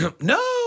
No